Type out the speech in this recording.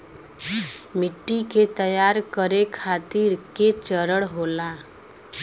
मिट्टी के तैयार करें खातिर के चरण होला?